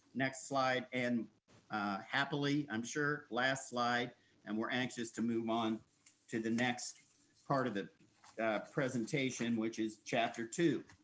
next slide, and happily, i'm sure last slide. and we're anxious to move on to the next part of the presentation, which is chapter two.